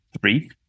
three